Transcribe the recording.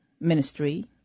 ministry